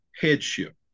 headship